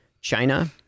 China